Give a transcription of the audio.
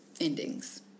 endings